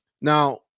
now